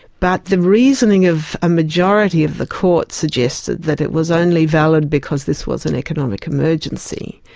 but the reasoning of a majority of the court suggested that it was only valid because this was an economic emergency,